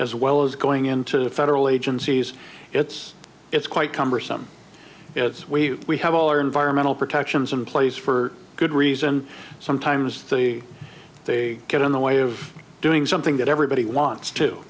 as well as going into the federal agencies it's it's quite cumbersome it's we have all our environmental protections in place for good reason sometimes the they get on the way of doing something that everybody wants to